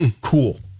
Cool